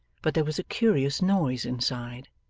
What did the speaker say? but there was a curious noise inside.